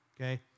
Okay